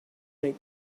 make